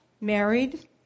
married